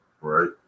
Right